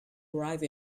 arrive